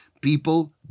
People